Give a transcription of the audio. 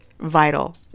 vital